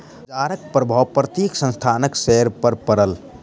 बजारक प्रभाव प्रत्येक संस्थानक शेयर पर पड़ल